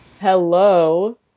Hello